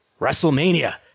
WrestleMania